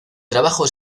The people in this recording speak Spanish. trabajo